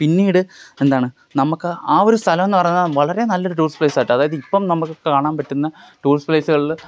പിന്നീട് എന്താണ് നമുക്ക് ആ ഒരു സ്ഥലം എന്ന് പറഞ്ഞാല് വളരെ നല്ലൊരു ടൂറിസ്റ്റ് പ്ളേസായിട്ട് അതായത് ഇപ്പോള് നമുക്ക് കാണാൻ പറ്റുന്ന ടൂറിസ്റ്റ് പ്ലേസുകളില്